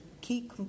key